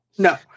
No